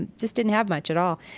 and just didn't have much at all.